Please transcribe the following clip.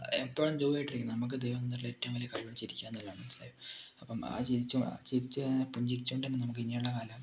എപ്പളും ജോയായിട്ടിരിക്ക് നമുക്ക് ദൈവം തന്ന ഏറ്റവും വലിയ കഴിവ് ചിരിക്കാൻ എന്ന് ഉള്ളതാണ് മനസ്സിലായോ അപ്പം ആ ചിരി ചിരി പുഞ്ചിരിച്ചു കൊണ്ട്തന്നെ നമുക്ക് ഇനിയുള്ള കാലം